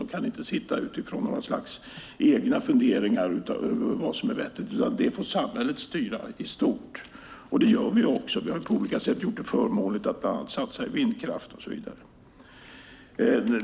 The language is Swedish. De kan inte satsa utifrån några slags egna funderingar om vad som är rätt, utan det får samhället styra i stort. Det gör vi också. Vi har på olika sätt gjort det förmånligt att bland annat satsa i vindkraft och så vidare.